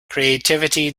creativity